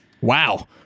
Wow